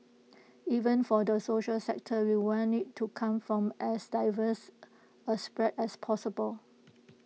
even for the social sector we want IT to come from as diverse A spread as possible